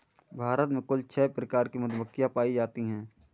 भारत में कुल छः प्रकार की मधुमक्खियां पायी जातीं है